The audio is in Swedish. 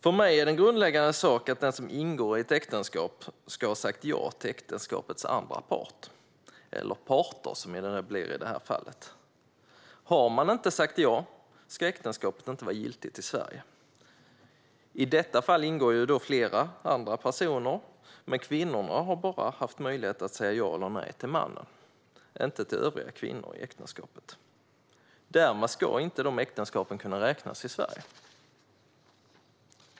För mig är det grundläggande att den som ingår ett äktenskap ska ha sagt ja till äktenskapets andra part, eller parter, som det ju blir i det här fallet. Har man inte sagt ja ska äktenskapet inte vara giltigt i Sverige. I detta fall ingår flera andra personer i äktenskapet, men kvinnorna har bara haft möjlighet att säga ja eller nej till mannen, inte till övriga kvinnor i äktenskapet. Därmed ska dessa äktenskap inte räknas som giltiga i Sverige.